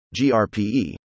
GRPE